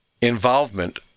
involvement